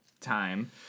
time